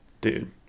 Dude